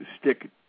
stick